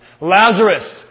Lazarus